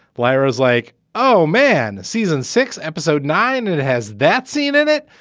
blair is like, oh, man season six, episode nine. it has that scene in it.